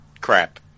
crap